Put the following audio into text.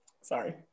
Sorry